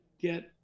get